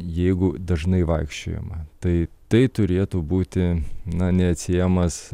jeigu dažnai vaikščiojama tai tai turėtų būti na neatsiejamas